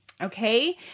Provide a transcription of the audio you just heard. okay